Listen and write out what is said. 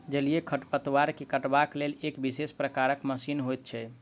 जलीय खढ़पतवार के काटबाक लेल एक विशेष प्रकारक मशीन होइत छै